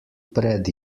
pred